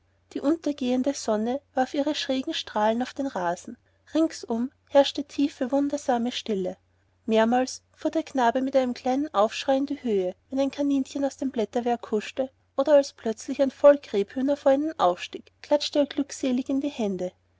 die untergehende sonne warf ihre schrägen strahlen auf den rasen ringsum herrschte tiefe wundersame stille mehrmals fuhr der knabe mit einem kleinen aufschrei in die höhe wenn ein kaninchen aus dem blätterwerk huschte und als plötzlich ein volk rebhühner vor ihnen aufstieg klatschte er glückselig in die hände